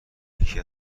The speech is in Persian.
یکی